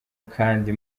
kandi